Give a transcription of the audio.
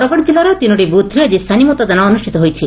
ବରଗଡ଼ ଜିଲ୍ଲାର ତିନୋଟି ବୁଥରେ ଆଜି ସାନି ମତଦାନ ଅନୁଷ୍ତିତ ହୋଇଛି